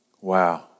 wow